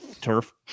turf